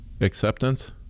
acceptance